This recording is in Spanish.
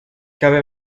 cabe